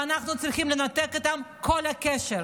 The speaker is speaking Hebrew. ואנחנו צריכים לנתק איתם כל קשר,